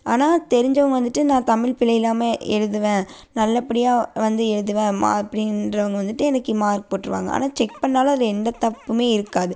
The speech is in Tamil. ஆனால் தெரிஞ்சவங்கள் வந்துட்டு நான் தமிழ் பிழையில்லாமல் எழுதுவேன் நல்லபடியாக வந்து எழுதுவேன் மா அப்படின்றவங்க வந்துட்டு எனக்கு மார்க் போட்டிருவாங்க ஆனால் செக் பண்ணாலும் அதில் எந்த தப்புமே இருக்காது